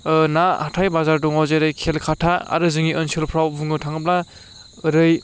ओ ना हाथाय बाजार दङ जेरै कलकाटा आरो जोंनि ओनसोलफ्राव बुंनो थाङोब्ला ओरै